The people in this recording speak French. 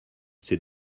c’est